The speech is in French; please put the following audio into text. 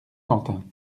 quentin